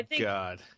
God